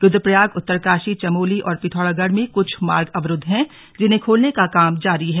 रुद्रप्रयाग उत्तरकाशी चमोली और पिथौरागढ़ में कुछ मार्ग अवरुद्व हैं जिन्हें खोलने का काम जारी है